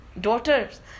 daughters